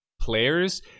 players